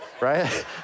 right